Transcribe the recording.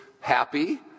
happy